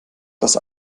dass